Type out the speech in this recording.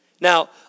Now